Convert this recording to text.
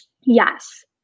Yes